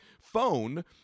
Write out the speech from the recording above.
phone